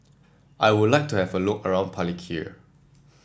I would like to have a look around Palikir